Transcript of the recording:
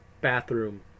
bathroom